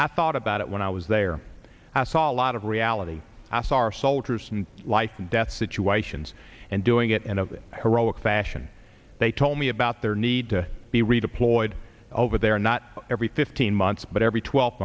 i thought about it when i was there i saw lots of reality as our soldiers and life and death situations and doing it and of iraq fashion they told me about their need to be redeployed over there not every fifteen months but every twelve